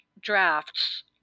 drafts